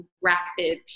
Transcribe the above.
rapid